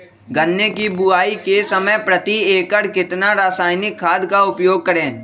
गन्ने की बुवाई के समय प्रति एकड़ कितना रासायनिक खाद का उपयोग करें?